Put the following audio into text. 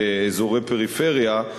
באזורי פריפריה,